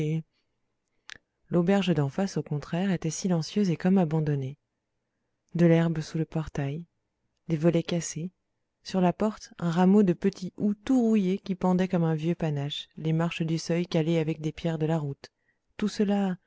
l'auberge d'en face au contraire était silencieuse et comme abandonnée de l'herbe sous le portail des volets cassés sur la porte un rameau de petit houx tout rouillé qui pendait comme un vieux panache les marches du seuil calées avec des pierres de la route tout cela